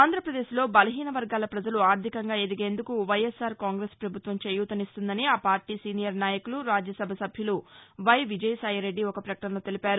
ఆంధ్రాప్రదేశ్లో బలహీసవర్గాల పజలు ఆర్థికంగా ఎదిగేందుకు వైఎస్సార్ కాంగ్రెస్ పభుత్వం చేయూతనిస్తుందని ఆపార్టీ సీనియర్ నాయకులు రాజ్యసభ సభ్యులు వై విజయసాయిరెడ్డి ఒక పకటనలో తెలిపారు